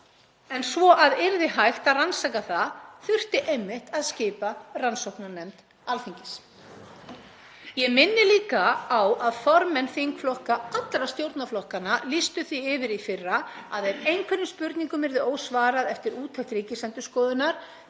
en svo hægt yrði að rannsaka það þurfti einmitt að skipa rannsóknarnefnd Alþingis. Ég minni líka á að formenn þingflokka allra stjórnarflokkanna lýstu því yfir í fyrra að ef einhverjum spurningum yrði ósvarað eftir úttekt Ríkisendurskoðunar